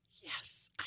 yes